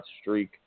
streak